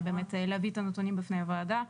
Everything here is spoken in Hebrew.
באמת להביא את הנתונים בפני הוועדה,